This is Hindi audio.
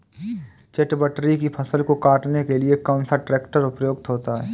चटवटरी की फसल को काटने के लिए कौन सा ट्रैक्टर उपयुक्त होता है?